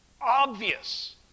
obvious